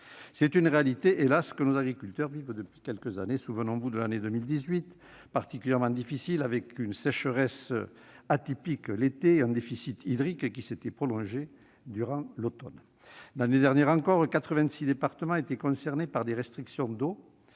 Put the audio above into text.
Cette réalité, hélas, nos agriculteurs la vivent depuis quelques années. Souvenons-nous de l'année 2018, particulièrement difficile, avec, l'été, une sécheresse atypique, et un déficit hydrique qui s'était prolongé durant l'automne. L'année dernière encore, 86 départements avaient été concernés par des restrictions d'eau,